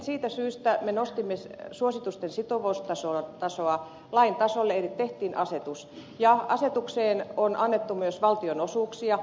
siitä syystä me nostimme suositusten sitovuustasoa lain tasolle eli tehtiin asetus ja asetukseen on annettu myös valtionosuuksia